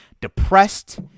depressed